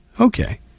Okay